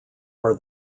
are